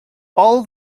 all